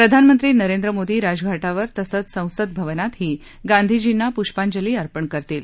प्रधानमंत्री नरेंद्र मोदी राजघाटावर तसंच संसद भवनातही गांधीजींना पृष्पांजली अर्पण करतील